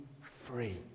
free